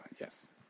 Yes